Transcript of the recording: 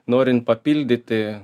norint papildyti